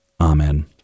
Amen